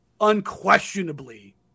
unquestionably